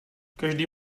každý